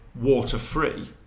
water-free